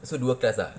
so dua class lah